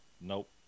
Nope